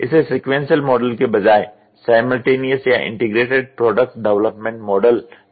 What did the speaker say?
इसे sequential model की बजाय साइमल्टेनियस या इंटीग्रेटेड प्रोडक्ट डेवलपमेंट मॉडल कहा जाता है